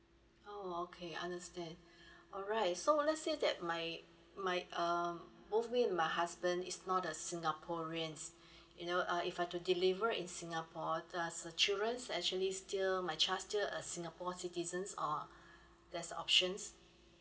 oh okay understand alright so let's say that my my um both me and my husband is not a singaporeans you know uh if I do deliver in singapore does the children actually still my child still a singapore citizens or there's options